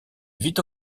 vit